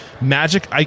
magic